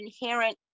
inherent